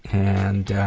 and,